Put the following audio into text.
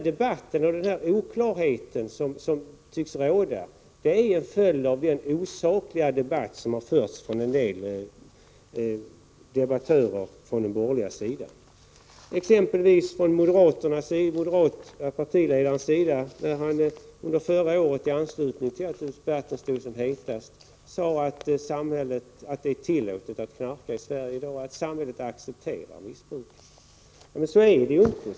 Den oklarhet som tycks råda är en följd av den osakliga debatt som har förts av en del debattörer på den borgerliga sidan. Jag tänker exempelvis på den moderate partiledaren när han förra året, när debatten stod som hetast, sade att det är tillåtet att knarka i Sverige i dag, att samhället accepterar missbruk. Så är det ju inte.